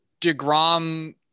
DeGrom